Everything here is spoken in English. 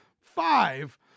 five